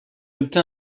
obtint